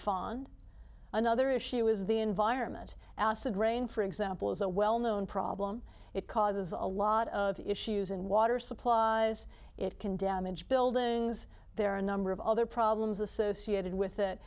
fond another issue is the environment acid rain for example is a well known problem it causes a lot of issues in water supplies it can damage buildings there are a number of other problems associated with it